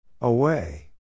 Away